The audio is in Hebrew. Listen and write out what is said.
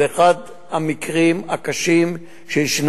זה אחד המקרים הקשים שיש.